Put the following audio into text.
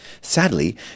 Sadly